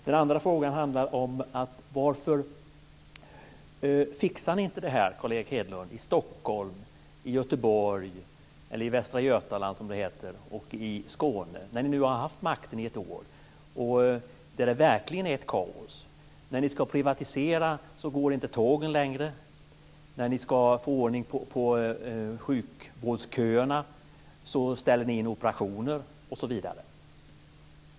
Den andra frågan handlar om detta: Varför fixar ni inte det här, Carl Erik Hedlund, i Stockholm, i Västra Götaland och i Skåne där ni nu har haft makten i ett år och där det verkligen är ett kaos? När ni ska privatisera så går inte tågen längre, när ni ska få ordning på sjukvårdsköerna ställer ni in operationer osv.